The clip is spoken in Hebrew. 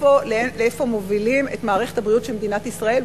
לאן מובילים את מערכת הבריאות של מדינת ישראל?